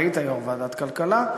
והיית יושב-ראש ועדת הכלכלה.